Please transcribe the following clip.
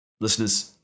listeners